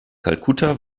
kalkutta